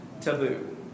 taboo